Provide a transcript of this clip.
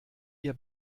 ihr